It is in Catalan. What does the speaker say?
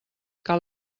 cal